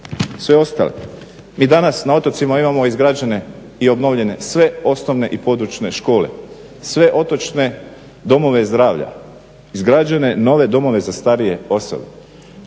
sve ostale. Mi danas na otocima imamo izgrađene i obnovljene sve osnovne i područne škole, sve otočne domove zdravlja, izgrađene nove domove za starije osobe,